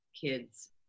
kids